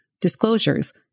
disclosures